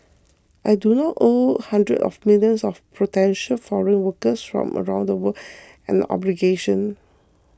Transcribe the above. I do not owe hundreds of millions of potential foreign workers from around the world an obligation